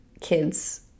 kids